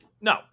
No